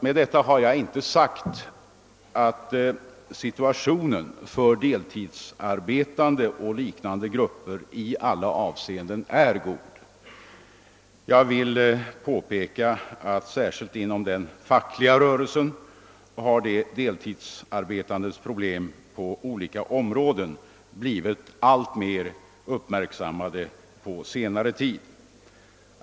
Med detta har jag inte sagt att situationen för deltidsarbetande och liknande grupper i alla avseenden är god. Jag vill påpeka, att särskilt inom den fackliga rörelsen har de deltidsarbetandes problem på olika områden blivit alltmer uppmärksammade under senare tid.